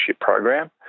program